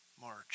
march